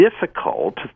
difficult